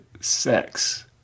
sex